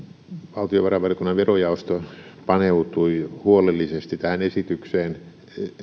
valtiovarainvaliokunnan verojaosto paneutui huolellisesti tähän esitykseen